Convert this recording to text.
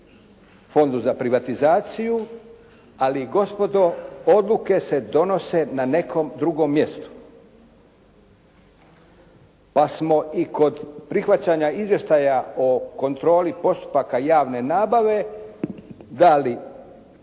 fondu za privatizaciju. Ali gospodo, odluke se donose na nekom drugom mjestu, pa smo i kod prihvaćanja izvještaja o kontroli postupaka javne nabave dali